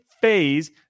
phase